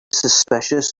suspicious